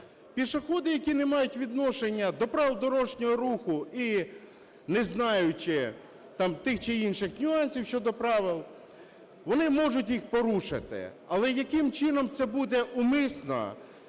Пішоходи, які не мають відношення до правил дорожнього руху, і не знаючи тих чи інших нюансів щодо правил, вони можуть їх порушити. Але яким чином це буде, умисно